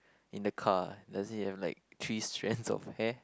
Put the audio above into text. in the car does he have like three strands of hair